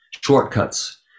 shortcuts